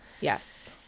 yes